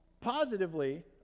Positively